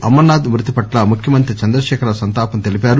అమర్ నాధ్ మృతి పట్ల ముఖ్యమంత్రి చంద్రశేఖరరావు సంతాపం తెలిపారు